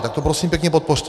Tak to prosím pěkně podpořte.